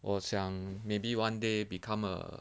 我想 maybe one day become a